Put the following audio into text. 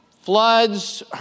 Floods